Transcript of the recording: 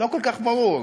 לא כל כך ברור.